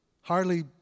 hardly